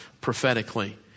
prophetically